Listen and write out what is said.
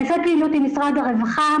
נעשית פעילות עם משרד הרווחה.